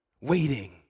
waiting